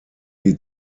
die